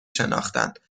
شناختند